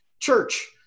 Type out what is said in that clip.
Church